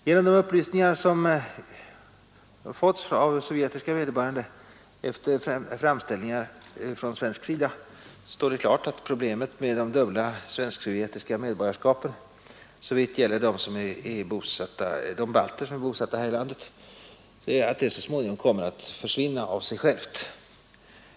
Genom de upplysningar som sålunda erhållits av sovjetiska vederbörande efter framställningar från svensk sida står det klart att problemet med de dubbla svensk-sovjetiska medborgarskapen såvitt gäller de här i landet bosatta balterna — kommer att så småningom försvinna av sig självt.